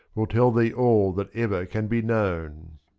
will tell thee all that ever can be known.